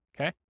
Okay